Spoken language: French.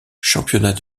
championnat